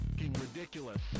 ridiculous